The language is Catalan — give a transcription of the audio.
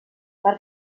per